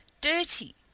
dirty